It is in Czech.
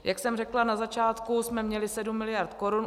Jak jsem řekla, na začátku jsme měli 7 miliard korun.